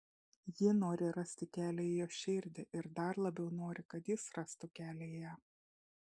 ji nori rasti kelią į jo širdį ir dar labiau nori kad jis rastų kelią į ją